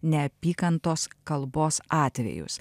neapykantos kalbos atvejus